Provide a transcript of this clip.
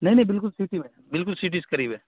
نہیں نہیں بالکل سیٹی میں بالکل سیٹی سے قریب ہے